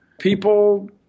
people